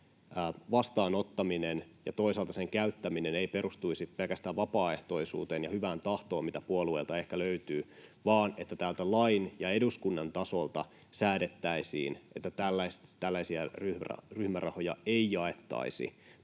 rahan vastaanottaminen ja toisaalta sen käyttäminen eivät perustuisi pelkästään vapaaehtoisuuteen ja hyvään tahtoon, mitä puolueilta ehkä löytyy, vaan että täältä lain ja eduskunnan tasolta säädettäisiin, että tällaista ryhmärahaa ei jaettaisi